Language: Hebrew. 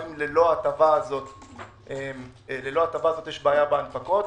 האם ללא ההטבה הזאת יש בעיה בהנפקות,